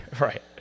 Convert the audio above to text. Right